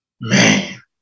Man